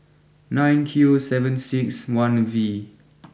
nine Q seven six one V